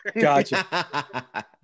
Gotcha